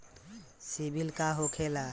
सीबील का होखेला?